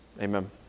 Amen